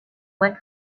went